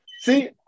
see